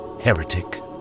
heretic